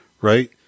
right